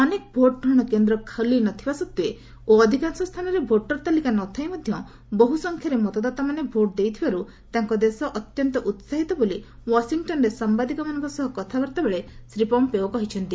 ଅନେକ ଭୋଟ୍ଗ୍ରହଣ କେନ୍ଦ୍ର ଖୋଲି ନ ଥିବା ସତ୍ତ୍ୱେ ଓ ଅଧିକାଂଶ ସ୍ଥାନରେ ଭୋଟରତାଲିକା ନଥାଇ ମଧ୍ୟ ବହୁ ସଂଖ୍ୟାରେ ମତଦାତାମାନେ ଭୋଟ୍ ଦେଇଥିବାରୁ ତାଙ୍କ ଦେଶ ଅତ୍ୟନ୍ତ ଉତ୍ସାହିତ ବୋଲି ୱାଶିଂଟନ୍ରେ ସାମ୍ବାଦିକମାନଙ୍କ ସହ କଥାବାର୍ତ୍ତା ବେଳେ ଶ୍ରୀ ପମ୍ପେଓ କହିଛନ୍ତି